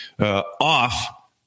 off